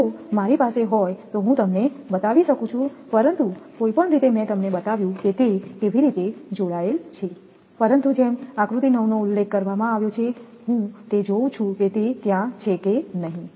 જો મારી પાસે હોય તો હું તમને બતાવી શકું છું પરંતુ કોઈપણ રીતે મેં તમને બતાવ્યું કે તે કેવી રીતે જોડાયેલ છે પરંતુ જેમ આકૃતિ 9 નો ઉલ્લેખ કરવામાં આવ્યો છે હું તે જોઉં છું કે તે ત્યાં છે કે નહીં